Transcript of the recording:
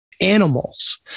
animals